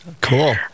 Cool